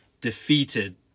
defeated